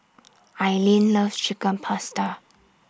Aileen loves Chicken Pasta